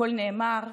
הכול נאמר.